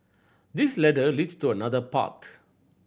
this ladder leads to another path